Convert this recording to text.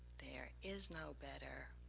there is no better,